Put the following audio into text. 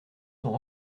sont